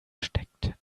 steckten